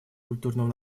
культурного